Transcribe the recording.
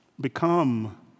become